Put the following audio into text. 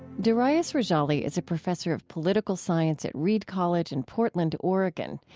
darius rejali is a professor of political science at reed college in portland, oregon.